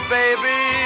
baby